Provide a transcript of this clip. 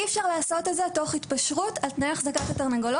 אי אפשר לעשות את זה תוך התפשרות על תנאי החזקת התרנגולות